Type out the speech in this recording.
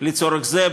לצורך זה,